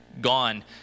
gone